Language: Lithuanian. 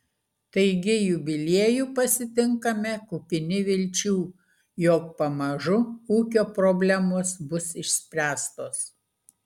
taigi jubiliejų pasitinkame kupini vilčių jog pamažu ūkio problemos bus išspręstos